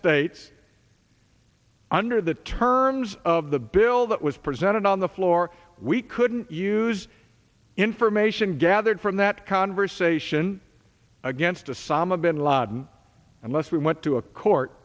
states under the terms of the bill that was presented on the floor we couldn't use information gathered from that conversation against a somma bin laden unless we went to a court